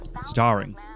starring